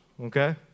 okay